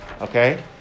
Okay